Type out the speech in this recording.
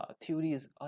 theories